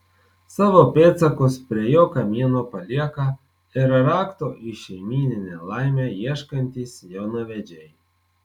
savo pėdsakus prie jo kamieno palieka ir rakto į šeimyninę laimę ieškantys jaunavedžiai